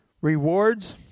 Rewards